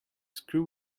screw